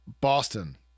Boston